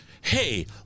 hey